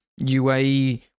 uae